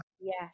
Yes